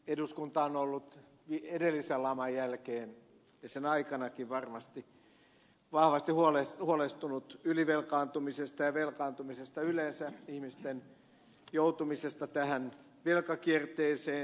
eduskunta on ollut edellisen laman jälkeen ja sen aikanakin varmasti vahvasti huolestunut ylivelkaantumisesta ja velkaantumisesta yleensä ihmisten joutumisesta tähän velkakierteeseen